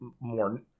more